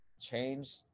change